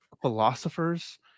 philosophers